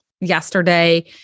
yesterday